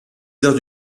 heures